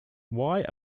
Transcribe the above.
why